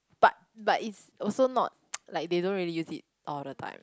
but but it's also not like they don't really use it all the time